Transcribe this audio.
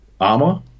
armor